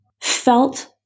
felt